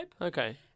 Okay